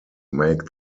make